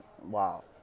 wow